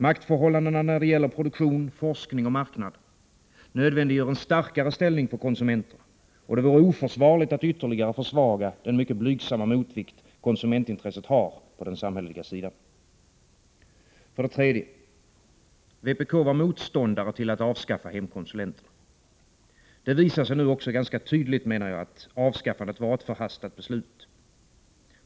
Maktförhållandena när det gäller produktion, forskning och marknad nödvändiggör en starkare ställning för konsumenten, och det vore oförsvarligt att ytterligare försvaga den mycket blygsamma motvikt konsumentintresset har på den samhälleliga sidan. För det tredje var vpk motståndare till att avskaffa hemkonsulenterna. Det visar sig nu också ganska tydligt, menar jag, att avskaffandet var ett förhastat beslut.